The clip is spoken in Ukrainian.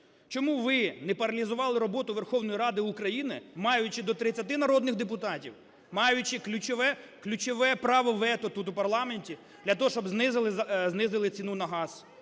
Чому ви не паралізували роботу Верховної Ради України, маючи до 30 народних депутатів, маючи ключове право вето тут, у парламенті, для того, щоб знизили ціну на газ?